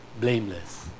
blameless